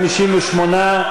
58,